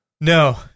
No